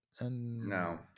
no